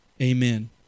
Amen